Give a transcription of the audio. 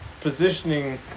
positioning